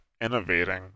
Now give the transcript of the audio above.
innovating